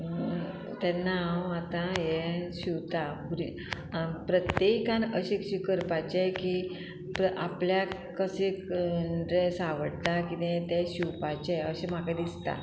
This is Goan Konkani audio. तेन्ना हांव आतां हे शिंवतां पुरी प्रत्येकान अशें करपाचें की आपल्याक कशें ड्रेस आवडटा कितें तें शिंवपाचें अशें म्हाका दिसता